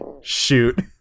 shoot